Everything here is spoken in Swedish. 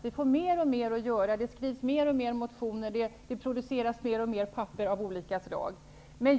Vi får mer och mer att göra, det skrivs fler och fler motioner, och det produceras fler och fler papper av olika slag.